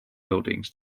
buildings